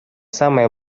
самое